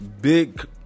big